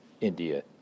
India